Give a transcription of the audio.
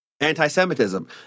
anti-Semitism